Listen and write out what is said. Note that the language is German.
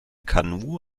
kanu